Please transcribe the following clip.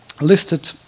listed